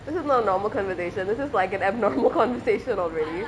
this is not normal conversation this is like an abnormal conversation already